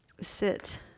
sit